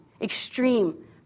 extreme